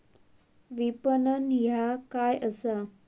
विपणन ह्या काय असा?